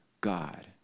God